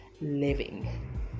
living